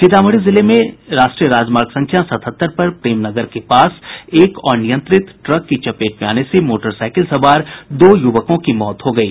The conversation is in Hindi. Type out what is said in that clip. सीतामढ़ी जिले के राष्ट्रीय राजमार्ग संख्या सतहत्तर पर प्रेमनगर के पास एक अनियंत्रित ट्रक की चपेट में आने से मोटरसाइकिल सवार दो युवकों की मौत हो गयी